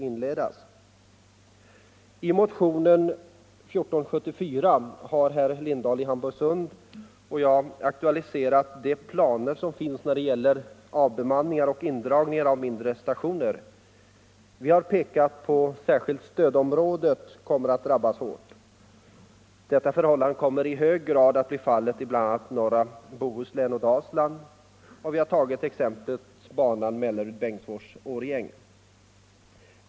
I motionen 74 har herr Lindahl i Hamburgsund och jag aktualiserat de planer som finns när det gäller avbemanningar och indragningar av mindre stationer. Vi har pekat på att särskilt stödområdet kommer att drabbas hårt. Detta blir i hög grad fallet i bl.a. norra Bohuslän och Dalsland. Vi har tagit som exempel banan Mellerud-Bengtsfors-Årjäng.